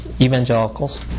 evangelicals